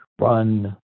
run